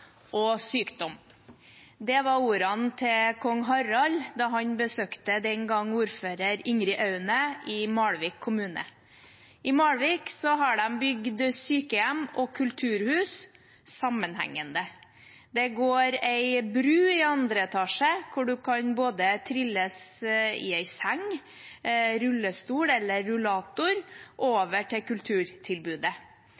og sykdom. Det var ordene til kong Harald da han besøkte den gang ordfører Ingrid Aune i Malvik kommune. I Malvik har de bygd sykehjem og kulturhus – sammenhengende. Det går en bro i andre etasje, hvor en kan trilles i en seng, eller komme seg med rullestol eller rullator